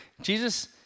Jesus